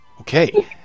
Okay